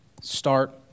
Start